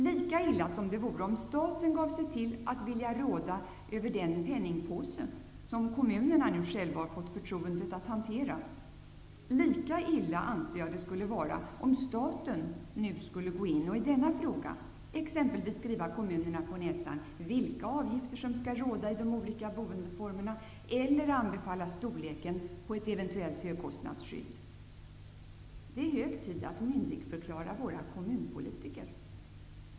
Lika illa som det vore om staten gav sig till att vilja råda över den penningpåse som kommunerna nu själva har fått förtroendet att hantera, lika illa anser jag att det skulle vara om staten nu skulle gå in och i denna fråga exempelvis skriva kommunerna på näsan vilka avgifter som skall råda i de olika boendeformerna eller anbefalla storleken på ett eventuellt högkostnadsskydd. Det är hög tid att myndigförklara våra kommunpolitiker.